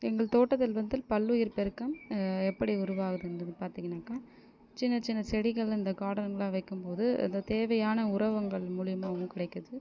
எங்கள் தோட்டத்தில் வந்து பல்லுயிர் பெருக்கம் எப்படி உருவாகிறதுன்னு பார்த்தீங்கன்னாக்கா சின்ன சின்ன செடிகள் இந்த கார்டனில் வைக்கும் போது அது தேவையான உரங்கள் மூலயமா கிடைக்குது